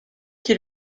qui